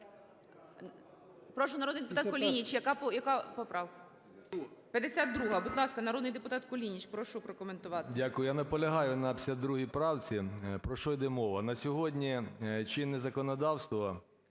Прошу, народний депутат Кулініч, яка поправка? 52-а. Будь ласка, народний депутат Кулініч, прошу прокоментувати. 13:55:21 КУЛІНІЧ О.І. Дякую. Я наполягаю на 52 правці. Про що йде мова? На сьогодні чинне законодавство